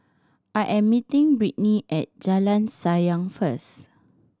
I am meeting Brittny at Jalan Sayang first